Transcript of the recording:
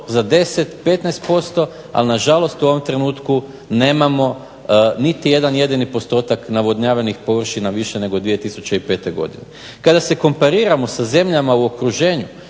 za 10, 15%, ali nažalost u ovom trenutku nemamo niti jedan jedini postotak navodnjavanih površina više nego 2005. godine. Kada se kompariramo sa zemljama u okruženu